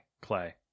Clay